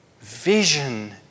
vision